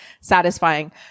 satisfying